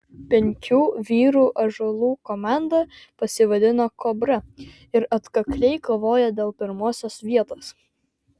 penkių vyrų ąžuolų komanda pasivadino kobra ir atkakliai kovojo dėl pirmosios vietos